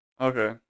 Okay